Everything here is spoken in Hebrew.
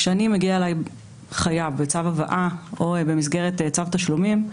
כשמגיע אליי חייב בצו הבאה או במסגרת צו תשלומים,